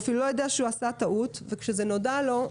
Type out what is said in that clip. הוא אפילו לא יודע שהוא עשה טעות וכשזה נודע לו,